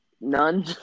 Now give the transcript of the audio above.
none